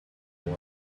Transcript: aura